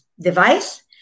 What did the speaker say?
device